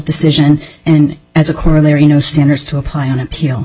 decision and as a corollary no standards to apply on appeal